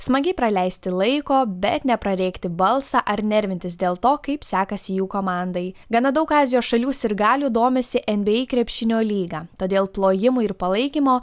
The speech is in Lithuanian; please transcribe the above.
smagiai praleisti laiko bet neprarėkti balsą ar nervintis dėl to kaip sekasi jų komandai gana daug azijos šalių sirgalių domisi nba krepšinio lyga todėl plojimų ir palaikymo